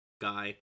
Guy